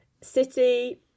City